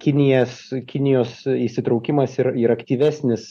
kinijas kinijos įsitraukimas ir ir aktyvesnis